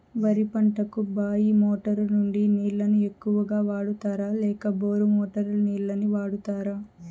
వరి పంటకు బాయి మోటారు నుండి నీళ్ళని ఎక్కువగా వాడుతారా లేక బోరు మోటారు నీళ్ళని వాడుతారా?